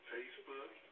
Facebook